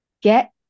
Get